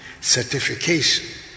certification